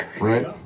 Right